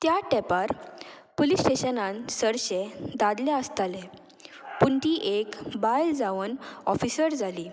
त्या तेंपार पुलीस स्टेशनान चडशें दादले आसताले पूण ती एक बायल जावन ऑफिसर जाली